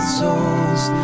souls